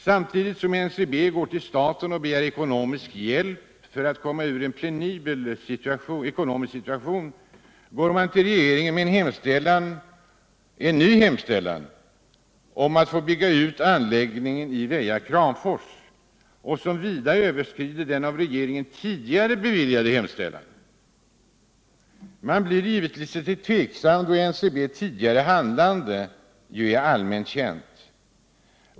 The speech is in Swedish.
Samtidigt som NCB går till staten och begär ekonomisk hjälp för att komma ur en penibel ekonomisk situation går man till regeringen med en ny hemställan om att få bygga ut anläggningen i Väja, Kramfors, som vida överstiger den av regeringen tidigare beviljade hemställan. Man blir givetvis litet tveksam, då NCB:s tidigare handlande är allmänt känt.